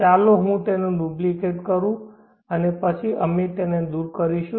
ચાલો હું તેનો ડુપ્લિકેટ કરું અને પછી અમે તેને દૂર કરીશું